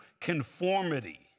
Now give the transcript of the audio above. conformity